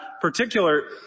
particular